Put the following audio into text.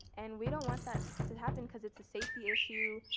and we don't want that to happen because it's a safety issue